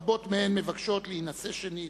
רבות מהן מבקשות להינשא שנית,